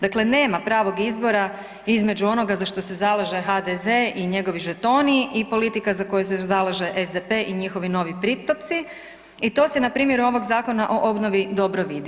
Dakle, nema pravog izbora između onoga za što se zalaže HDZ i njegovi žetoni i politika za koju se zalaže SDP i njihovi novi pritoci i to se na primjeru ovog zakona o obnovi dobro vidi.